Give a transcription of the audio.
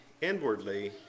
inwardly